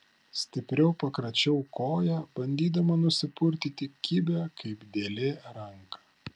stipriau pakračiau koją bandydama nusipurtyti kibią kaip dėlė ranką